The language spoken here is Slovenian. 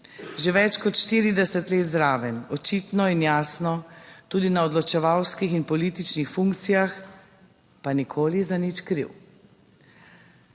Že več kot 40 let, zraven očitno in jasno tudi na odločevalskih in političnih funkcijah, pa nikoli za nič kriv.